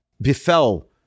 befell